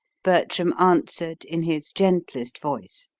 bertram answered in his gentlest voice,